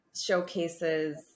showcases